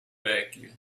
vecchia